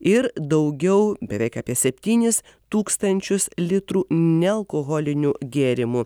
ir daugiau beveik apie septynis tūkstančius litrų nealkoholinių gėrimų